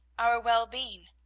our well-being.